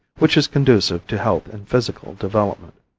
which is conducive to health and physical development.